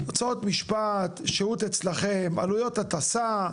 הוצאות משפט, שהות אצלכם, עלויות הטסה,